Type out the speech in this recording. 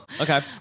Okay